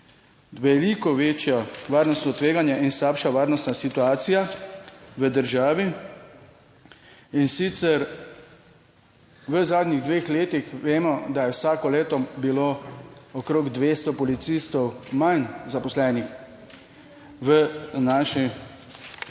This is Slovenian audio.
veliko večje varnostno tveganje in slabša varnostna situacija v državi, in sicer v zadnjih dveh letih vemo, da je vsako leto bilo okrog 200 policistov manj zaposlenih v naši Sloveniji